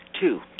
two